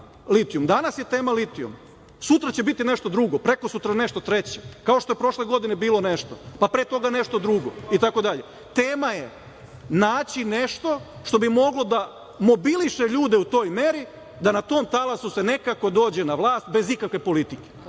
Danas je tema litijum. Sutra će biti nešto drugo. Prekosutra nešto treće. Kao što je prošle godine bilo nešto, pa pre toga nešto drugo itd. Tema je naći nešto što bi moglo da mobiliše ljude u toj meri da na tom talasu se nekako dođe na vlast bez ikakve politike.